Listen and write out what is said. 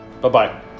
Bye-bye